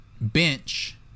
bench